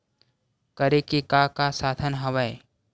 करे के का का साधन हवय?